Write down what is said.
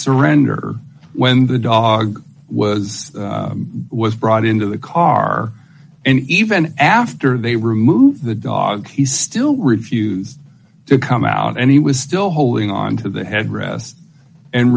surrender when the dog was was brought into the car and even after they removed the dog he still refused to come out and he was still holding on to the headdress and